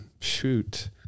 Shoot